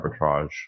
arbitrage